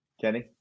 Kenny